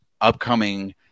upcoming